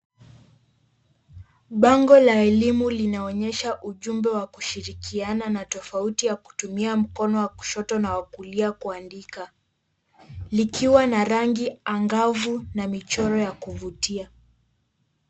Bango la elimu linaonyesha ujumbe wa kushirikiana na tofauti ya kutumia mkono wa kushoto na wa kulia kuandika likiwa na rangi angavu na michoro ya kuvutia.